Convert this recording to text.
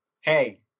hey